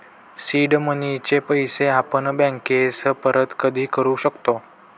seed मनीचे पैसे आपण बँकेस परत कधी करू शकतो